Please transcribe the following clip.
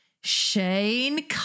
Shane